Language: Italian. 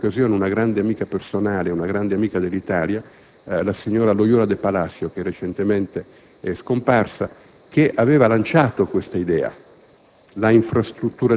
Voglio ricordare, in questa occasione, una grande amica personale e dell'Italia, la signora Loyola De Palacio, recentemente scomparsa, che aveva lanciato l'idea